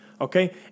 Okay